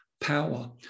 power